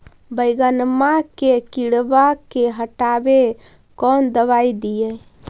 बैगनमा के किड़बा के हटाबे कौन दवाई दीए?